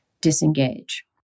disengage